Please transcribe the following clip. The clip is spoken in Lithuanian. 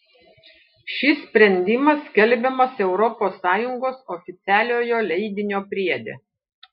šis sprendimas skelbiamas europos sąjungos oficialiojo leidinio priede